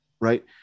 right